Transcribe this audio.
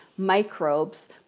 microbes